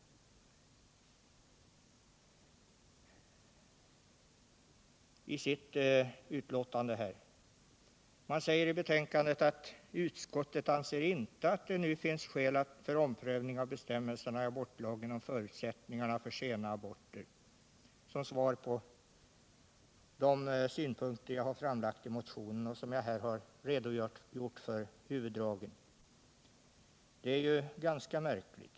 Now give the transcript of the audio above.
Som svar på de synpunkter som jag framfört i motionen och som jag här redogjort för säger man i betänkandet att utskottet inte anser att det nu finns skäl för omprövning av bestämmelserna i abortlagen om förutsättningarna för sena aborter. Det är ju ganska märkligt.